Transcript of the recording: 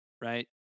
right